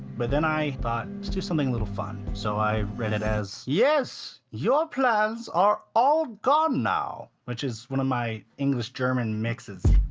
but then i thought, let's do something a little fun. so i read it as. yes, your plans are all gone now. which is one of my english-german mixes.